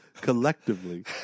collectively